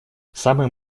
самым